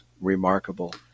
remarkable